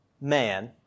man